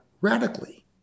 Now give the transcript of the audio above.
radically